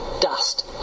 Dust